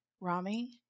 Rami